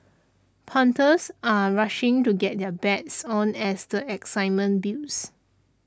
punters are rushing to get their bets on as the excitement builds